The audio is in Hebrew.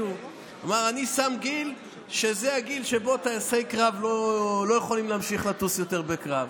שהוא שם גיל שלאחריו טייסי קרב לא יכולים לטוס יותר בקרב,